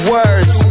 words